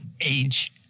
age